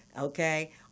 okay